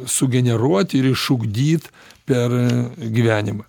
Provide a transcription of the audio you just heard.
sugeneruot ir išugdyt per gyvenimą